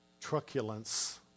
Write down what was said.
truculence